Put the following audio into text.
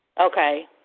Okay